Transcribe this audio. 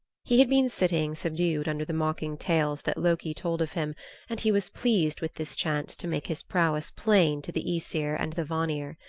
he had been sitting subdued under the mocking tales that loki told of him and he was pleased with this chance to make his prowess plain to the aesir and the vanir.